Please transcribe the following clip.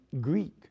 Greek